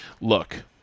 look